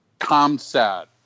ComSat